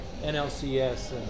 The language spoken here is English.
NLCS